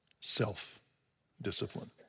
self-discipline